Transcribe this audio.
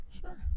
Sure